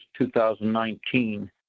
2019